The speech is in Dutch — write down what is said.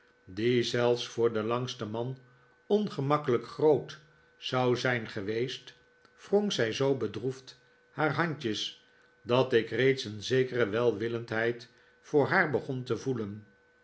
die zelfs voor den langsten man ongemakkelijk groot zou zijn geweest wrong zij zoo bedroefd haar handjes dat ik reeds een zekere welwillendheid voor haar begon te voelen